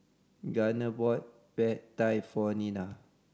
Garner bought Pad Thai for Nina